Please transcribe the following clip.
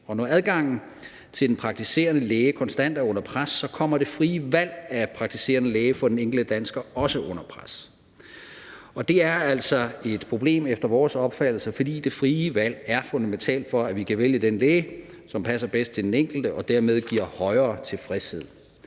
når adgangen til den praktiserende læge konstant er under pres, kommer det frie valg af læge for den enkelte dansker også under pres. Det er altså et problem efter vores opfattelse, for det frie valg er fundamentalt for, at man kan vælge den læge, som passer bedst til den enkelte, hvilket dermed giver højere tilfredshed.